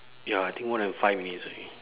ya I think more than five minutes already